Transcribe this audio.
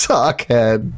Sockhead